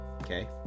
Okay